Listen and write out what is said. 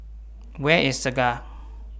Where IS Segar